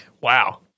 Wow